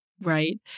Right